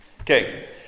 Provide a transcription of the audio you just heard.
okay